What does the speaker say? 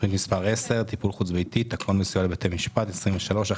תוכנית מספר 10 טיפול חוץ ביתי תקון מסיוע לבתי משפט 23-11-65: